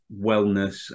wellness